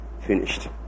finished